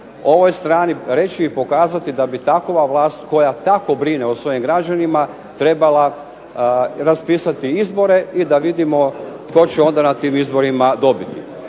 ovoj strani reći i pokazati da bi takova vlast koja tako brine o svojim građanima trebala raspisati izbore i da vidimo tko će onda na tim izborima dobiti.